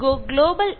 ആഗോള വാസവ്യവസ്ഥ